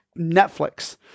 Netflix